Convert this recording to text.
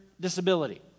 disability